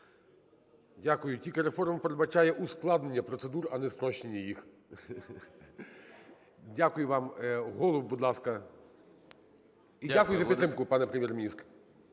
Дякую. Тільки реформа передбачає ускладнення процедур, а не спрощення їх. Дякую вам. Голуб, будь ласка. Дякую за підтримку, пане Прем'єр-міністр.